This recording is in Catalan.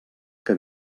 que